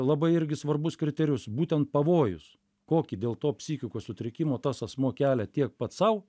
labai irgi svarbus kriterijus būtent pavojus kokį dėl to psichikos sutrikimo tas asmuo kelia tiek pats sau